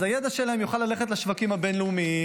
אז הידע שלהם יוכל ללכת לשווקים הבין-לאומיים,